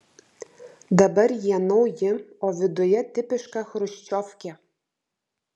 dabar jie nauji o viduje tipiška chruščiovkė